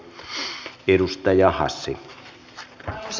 arvoisa puhemies